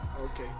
okay